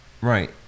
Right